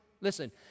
Listen